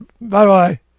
Bye-bye